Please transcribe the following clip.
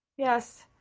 yes,